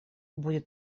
будет